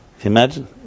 imagine